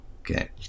okay